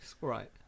Right